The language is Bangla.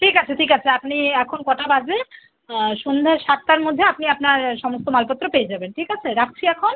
ঠিক আছে ঠিক আছে আপনি এখন কটা বাজে সন্ধ্যা সাতটার মধ্যে আপনি আপনার সমস্ত মালপত্র পেয়ে যাবেন ঠিক আছে রাখছি এখন